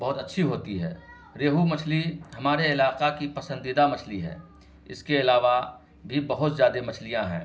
بہت اچھی ہوتی ہے ریہو مچھلی ہمارے علاقہ کی پسندیدہ مچھلی ہے اس کے علاوہ بھی بہت زیادہ مچھلیاں ہیں